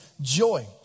joy